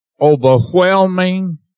overwhelming